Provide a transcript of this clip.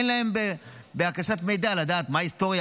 אין להם בקשת מידע לדעת מה ההיסטוריה,